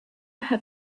have